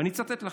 ואני אצטט לכם,